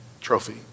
trophy